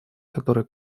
который